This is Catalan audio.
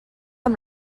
amb